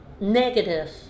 negative